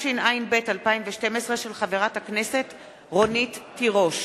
התשע"ב 2012, של חברת הכנסת רונית תירוש.